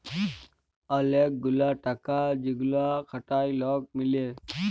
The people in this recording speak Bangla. ওলেক গুলা টাকা যেগুলা খাটায় লক মিলে